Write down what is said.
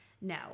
No